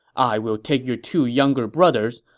i will take your two younger brothers,